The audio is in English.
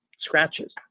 scratches